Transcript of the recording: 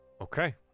Okay